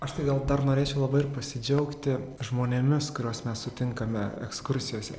aš tai gal dar norėčiau labai ir pasidžiaugti žmonėmis kuriuos mes sutinkame ekskursijose